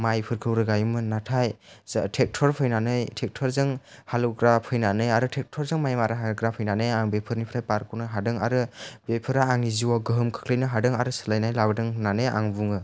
माइफोरखौ रोगायोमोन नाथाय ट्रेक्टर फैनानै ट्रेक्टरजों हालौग्रा फैनानै आरो ट्रेक्टरजों माइ मारा होग्रा फैनानै आं बेफोरनिफ्राय बारग'नो हादों आरो बेफोरो आंनि जिउआव गोहोम खोख्लैनो हादों आरो सोलायनाय लाबोदों होन्नानै आं बुङो